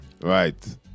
right